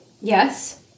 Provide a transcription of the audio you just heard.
Yes